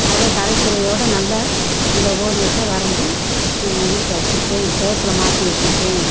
அதை கலைத்துறையோட நல்ல அந்த ஓவியத்தை வரைஞ்சு வீட்டில் வச்சுருக்கேன் செவுத்தில் மாட்டி வச்சுருக்கேன்